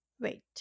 Wait